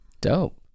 Dope